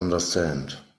understand